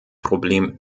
problem